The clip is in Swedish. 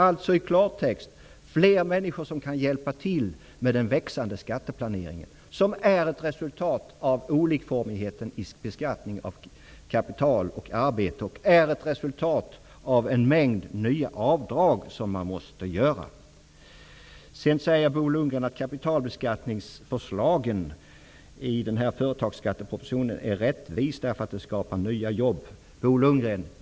Alltså i klartext: fler människor som kan hjälpa till med den växande skatteplanering som är ett resultat av olikformigheten i beskattningen av kapital och arbete och av en mängd nya avdrag som måste göras. Vidare säger Bo Lundgren att kapitalbeskattningsförslagen i företagsskattepropositionen är rättvisa därför att de skapar nya jobb. Bo Lundgren!